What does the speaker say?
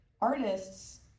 artists